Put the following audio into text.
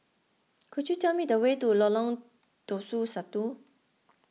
could you tell me the way to Lolong Tusa Satu